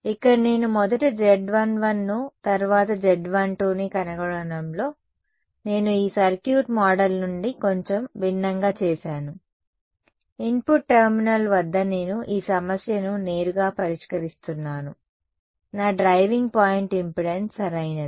ఇక్కడ నేను మొదట Z11 ను తరువాత Z12 ని కనుగొనడంలో నేను ఈ సర్క్యూట్ మోడల్ నుండి కొంచెం భిన్నంగా చేశాను ఇన్పుట్ టెర్మినల్ వద్ద నేను ఈ సమస్యను నేరుగా పరిష్కరిస్తున్నాను నా డ్రైవింగ్ పాయింట్ ఇంపెడెన్స్ సరైనది